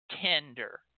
tender